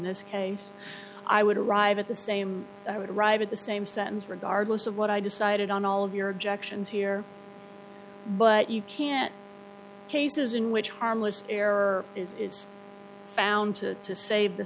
this case i would arrive at the same i would arrive at the same sentence regardless of what i decided on all of your objections here but you can't cases in which harmless error is found to save the